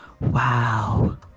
Wow